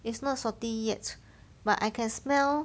it's not salty yet but I can smell